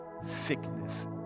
sickness